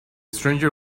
stranger